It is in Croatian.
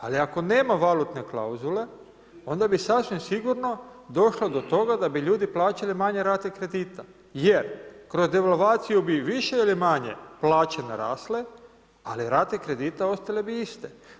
Ali, ako nema valutne klauzule, onda bi sasvim sigurno, došlo do toga, da bi ljudi plaćali manje rate kredita, jer kroz devalvaciju bi više ili manje plaće narasle, ali rate kredita ostale bi iste.